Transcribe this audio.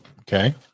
Okay